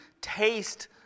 taste